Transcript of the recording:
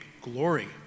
glory